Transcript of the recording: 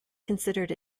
considered